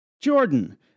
Jordan